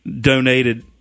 donated –